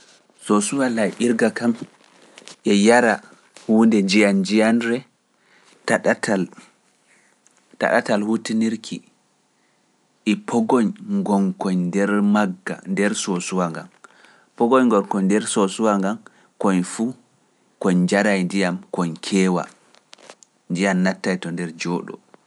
Sosuwa laibirga kam e yara huunde njiyan njiyanre ta ɗatal huutinirki e pogoñ koyn nder magga nder sosuwa nga, pogoyn koyn nder sosuwa nga koyn fu, koyn njaraay ndiyam koy keewa, ndiyam nattaay to nder jooɗo.